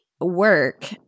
work